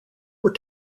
were